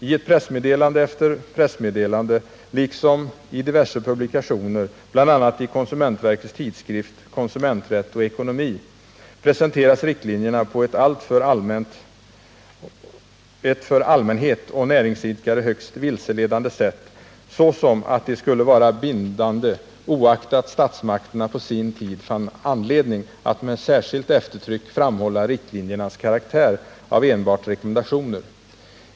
I pressmeddelande efter pressmeddelande liksom i diverse publikationer, bl.a. i KOVSs tidskrift ”Konsumenträtt & ekonomi”, presenteras riktlinjerna på ett för allmänhet och näringsidkare högst vilseledande sätt såsom att de skulle vara bindande oaktat statsmakterna på sin tid fann anledning att med särskilt eftertryck framhålla riktlinjernas karaktär av enbart rekommendationer.